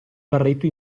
berretto